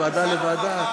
הרכב גרוע של הוועדה.